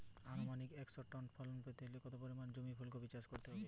আনুমানিক একশো টন ফলন পেতে কত পরিমাণ জমিতে ফুলকপির চাষ করতে হবে?